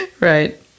Right